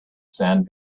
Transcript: sand